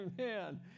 Amen